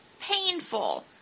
painful